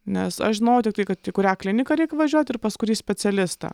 nes aš žinojau tiktai kad į kurią kliniką reik važiuoti ir pas kurį specialistą